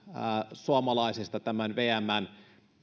suomalaisista vmn